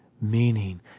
Meaning